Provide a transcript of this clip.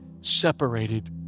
separated